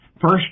first